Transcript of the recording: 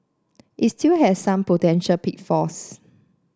it still has some potential pitfalls